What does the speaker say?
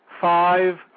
five